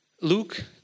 Luke